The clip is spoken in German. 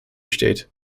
steht